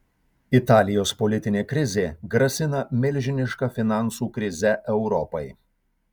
italijos politinė krizė grasina milžiniška finansų krize europai